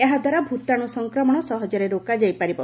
ଏହାଦ୍ୱାରା ଭୂତାଣୁ ସଂକ୍ରମଣ ସହଜରେ ରୋକାଯାଇପାରିବ